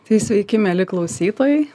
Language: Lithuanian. tai sveiki mieli klausytojai